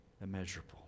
immeasurable